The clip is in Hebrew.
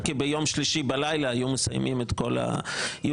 כי ביום שלישי בלילה היו מסיימים את כל האירוע.